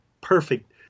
perfect